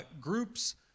groups